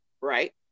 Right